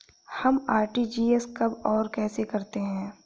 हम आर.टी.जी.एस कब और कैसे करते हैं?